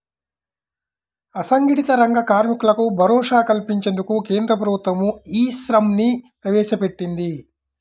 అసంఘటిత రంగ కార్మికులకు భరోసా కల్పించేందుకు కేంద్ర ప్రభుత్వం ఈ శ్రమ్ ని ప్రవేశపెట్టింది